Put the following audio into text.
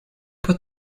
put